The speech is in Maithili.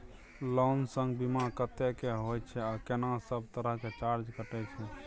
लोन संग बीमा कत्ते के होय छै आ केना सब तरह के चार्ज कटै छै?